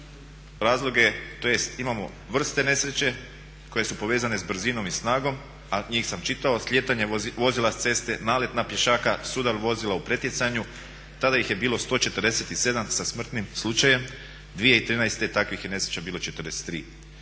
razloge tj. imamo vrste nesreće koje su povezane s brzinom i snagom, a njih sam čitao, slijetanje vozila s ceste, nalet na pješaka, sudar vozila u pretjecanju. Tada ih je bilo 147 sa smrtnim slučajem, 2013. takvih je nesreća bilo 43.